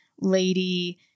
lady